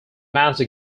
mast